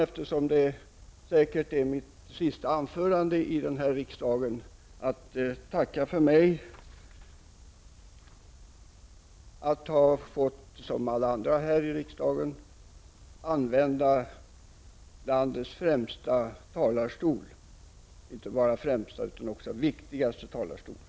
Eftersom detta säkert är mitt sista anförande i denna riksdag vill jag tacka för mig och för att jag, som alla andra här i riksdagen, ha fått använda landets främsta talarstol, inte bara den främsta utan också den viktigaste talarstolen.